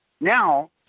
now